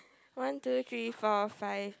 one two three four five